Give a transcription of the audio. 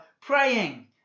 praying